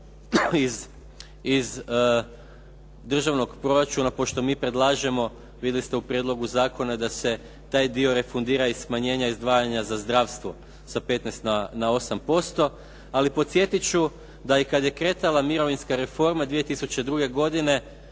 iz državnog proračuna, pošto mi predlažemo vidjeli ste u prijedlogu zakona da se taj dio refundira iz smanjenja izdvajanja za zdravstvo sa 15 na 8%. Ali podsjetit ću da i kad je kretala mirovinska reforma 2002. godine